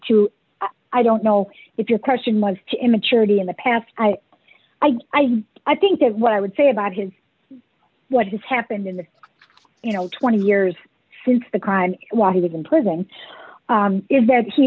to i don't know if your question was to maturity in the past i i i think i think that what i would say about his what has happened in the you know twenty years since the crime while he was in prison is that he